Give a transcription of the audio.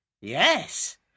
Yes